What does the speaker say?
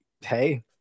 Hey